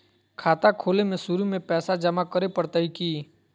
खाता खोले में शुरू में पैसो जमा करे पड़तई की?